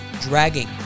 dragging